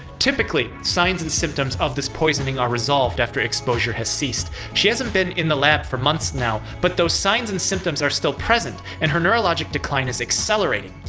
typically, signs and symptoms of this poisoning are resolved after exposure has ceased. she hasn't been in the lab for months now but those signs and symptoms are still present and her neurologic decline is accelerating.